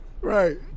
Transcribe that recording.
Right